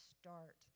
start